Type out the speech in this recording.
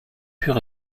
pur